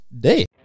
day